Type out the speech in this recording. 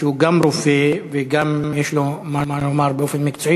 שהוא גם רופא וגם יש לו מה לומר באופן מקצועי,